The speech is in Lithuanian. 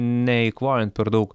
neeikvojant per daug